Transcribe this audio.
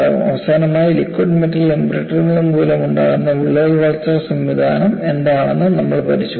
അവസാനമായി liquid metal embrittlement മൂലമുണ്ടാകുന്ന വിള്ളൽ വളർച്ചാ സംവിധാനം എന്താണെന്നും നമ്മൾ പരിശോധിച്ചു